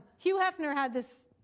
hugh hefner had this.